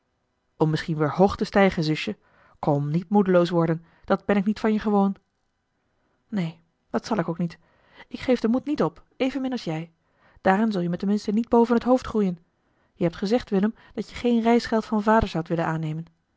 om misschien weer hoog te stijgen zusje kom niet moedeloos worden dat ben ik niet van je gewoon neen dat zal ik ook niet ik geef den moed niet op evenmin als jij daarin zul je me ten minste niet boven het hoofd groeien je hebt gezegd willem dat je geen reisgeld van vader zoudt willen aannemen